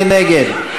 מי נגד?